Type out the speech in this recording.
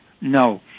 No